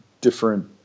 different